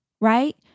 right